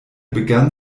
begann